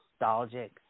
nostalgic